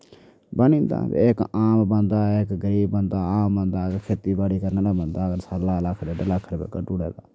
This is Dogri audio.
बनी जंदा इक आम बंदा ऐ इक गरीब बंदा आम बंदा अगर खेती बाड़ी करने आह्ला बंदा अगर साल्लै दा लक्ख डेढ लक्ख कड्ढी ओड़े तां